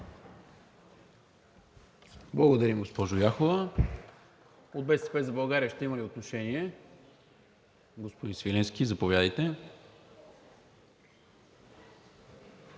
Благодаря, госпожо Яхова. От „БСП за България“ ще има ли отношение? Господин Свиленски, заповядайте.